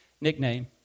nickname